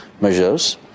measures